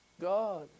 God